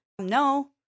No